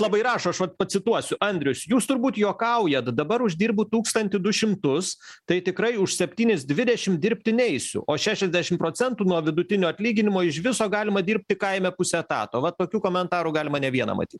labai rašo aš vat pacituosiu andrius jūs turbūt juokaujat dabar uždirbu tūkstantį du šimtus tai tikrai už septynis dvidešim dirbti neisiu o šešiasdešim procentų nuo vidutinio atlyginimo iš viso galima dirbti kaime pusę etato va tokių komentarų galima ne vieną matyt